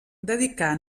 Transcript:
dedicà